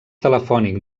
telefònic